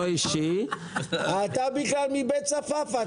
אתה בכלל מבית צפאפא.